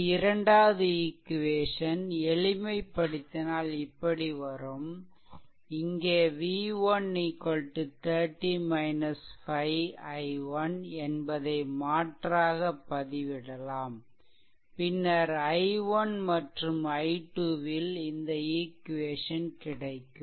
இது இரண்டாவது ஈக்வேசன் எளிமைப்படுத்தினால் இப்படி வரும் இங்கே v1 30 5 i1 என்பதை மாற்றாக பதிவிடலாம் பின்னர் i1 மற்றும் i2 ல் இந்த ஈக்வேஷன் கிடைக்கும்